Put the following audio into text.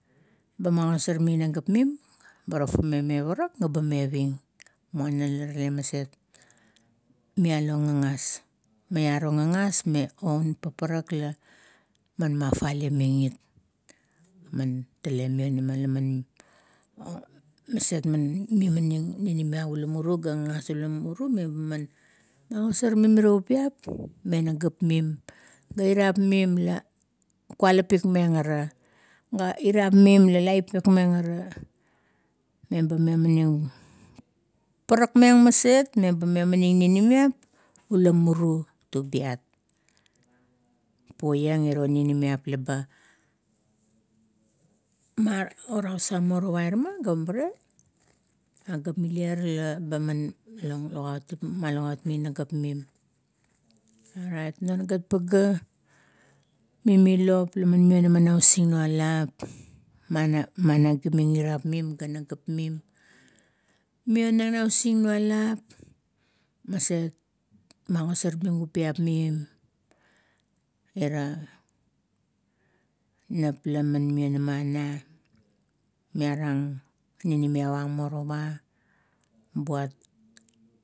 Ba magasor ming nagap mim, ba tafameng me parak ga ba meving. Muana, la rale maset mealo gagas. Mearo gagas un paparak la man mafaleming it. Man tale mionama laman maset un ninimiap ula muru meba magosar ming mirio ubiap me na gap mim ga irap mim, la kualapik meng ara, ga irap mim la laipuk meng ara. Meba memaning, parak meng maset, meba memaning ninimiap la muru, tubiat. Poiang iro ninimiap leba orausang morowa ira ma, ga ure, gagamilir la baman lenlugut tim nagap mim. Orait non gat pagea, mimi lop laman monama na usingnualap ma, mamagiming inap mim ga nagap mim, mionang na usingnualap maset magosar ming ubiap mim, ira nap la man mionama ana miarang ninimiap ang morowa buat.